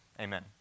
Amen